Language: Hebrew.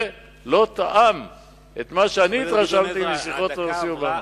זה לא תאם את מה שאני התרשמתי משיחות הנשיא אובמה.